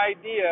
idea